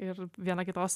ir viena kitos